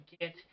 get